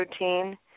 routine